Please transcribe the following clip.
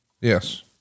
Yes